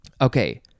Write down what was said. Okay